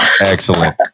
Excellent